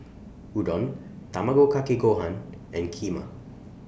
Udon Tamago Kake Gohan and Kheema